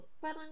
parang